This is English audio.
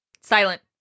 Silent